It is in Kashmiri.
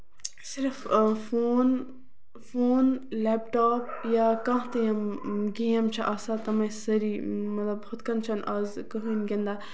صِرف فون فون لیپ ٹاپ یا کانہہ تہِ گیم چھِ آسان تِم ٲسۍ سٲری مطلب ہُتھ کَنۍ چھِنہٕ آز کٔہیٖنۍ گندان